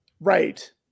Right